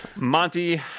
Monty